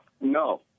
no